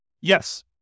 Yes